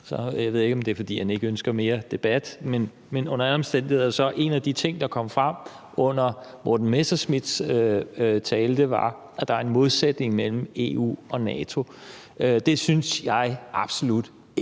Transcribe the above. jeg ved ikke, om det er, fordi han ikke ønsker mere debat, men under alle omstændigheder var en af de ting, der kom frem under Morten Messerschmidts tale, at der er en modsætning mellem EU og NATO. Det synes jeg absolut ikke